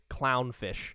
clownfish